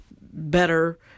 better